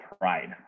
pride